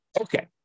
Okay